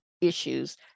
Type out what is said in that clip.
issues